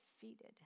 defeated